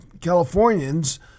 Californians